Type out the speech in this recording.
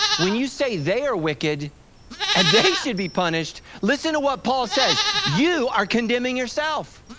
when you say they are wicked and they should be punished, listen to what paul says, you are condemning yourself.